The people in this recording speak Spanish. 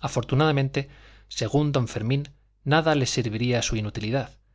afortunadamente según don fermín nada les serviría su inutilidad